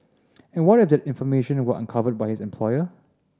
and what if that information were uncovered by his employer